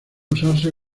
usarse